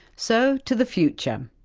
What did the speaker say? so to the future.